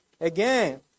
Again